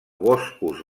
boscos